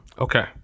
Okay